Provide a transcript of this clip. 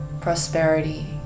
prosperity